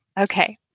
Okay